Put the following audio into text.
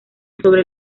sobre